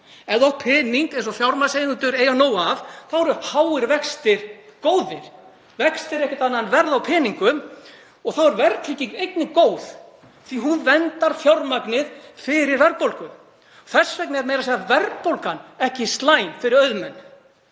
á pening, eins og fjármagnseigendur eiga nóg af, eru háir vextir góðir. Vextir eru ekkert annað en verð á peningum. Þá er verðtrygging einnig góð því að hún verndar fjármagnið fyrir verðbólgu. Þess vegna er meira að segja verðbólgan ekki slæm fyrir auðmenn.